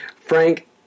Frank